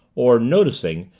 or, noticing,